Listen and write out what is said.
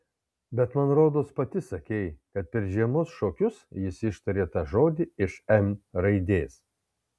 bet man rodos pati sakei kad per žiemos šokius jis ištarė tą žodį iš m raidės